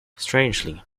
strangely